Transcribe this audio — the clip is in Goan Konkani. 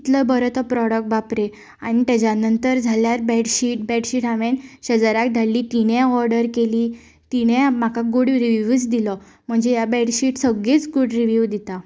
कितलो बरो तो प्रॉडक्ट बाप रे आनी तेज्या नंतर जाल्यार बेडशीट बेडशीट हांवें शेजाऱ्याक धाडली तिणेंय ऑर्डर केली तिणेय म्हाका गूड रिव्हयूज दिलो म्हजे ह्या बेडशीट सगळींच गूड रिव्हयूज दिता